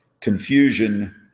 confusion